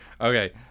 Okay